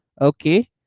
Okay